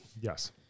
yes